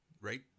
right